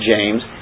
James